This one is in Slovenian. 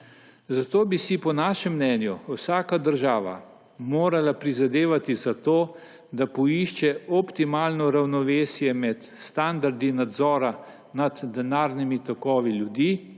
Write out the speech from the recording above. Zato bi si po našem mnenju vsaka država morala prizadevati za to, da poišče optimalno ravnovesje med standardi nadzora nad denarnimi tokovi ljudi